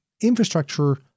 infrastructure